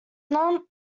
not